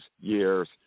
years